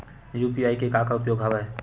UPI के का उपयोग हवय?